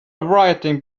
writing